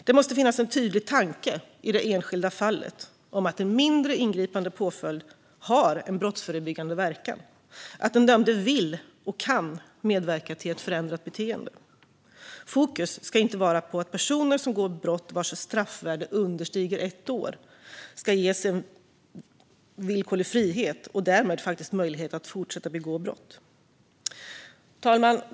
Det måste finnas en tydlig tanke i det enskilda fallet om att en mindre ingripande påföljd har en brottsförebyggande verkan, och den dömde ska vilja och kunna medverka till ett förändrat beteende. Fokus ska inte vara på att personer som begår brott vars straffvärde understiger ett års fängelse ska ges villkorlig frihet och därmed möjlighet att fortsätta att begå brott. Fru talman!